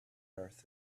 earth